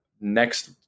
next